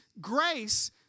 grace